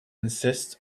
insist